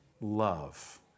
love